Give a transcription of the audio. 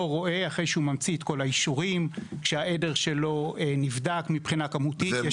רועה אחרי שהוא ממציא את כל האישורים שהעדר שלו נבדק מבחינה כמותית.